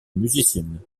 musicienne